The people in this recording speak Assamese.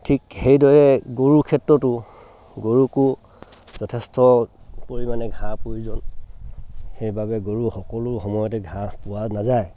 ঠিক সেইদৰে গৰুৰ ক্ষেত্ৰতো গৰুকো যথেষ্ট পৰিমাণে ঘাঁহৰ প্ৰয়োজন সেইবাবে গৰু সকলো সময়তে ঘাঁহ পোৱা নাযায়